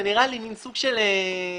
זה נראה לי סוג של פרדוכס.